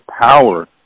power